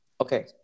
okay